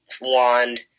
wand